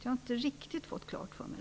Jag har inte riktigt fått det klart för mig.